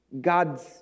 God's